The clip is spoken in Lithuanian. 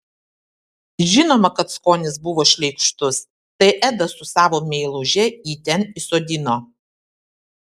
žinoma kad skonis buvo šleikštus tai edas su savo meiluže jį ten įsodino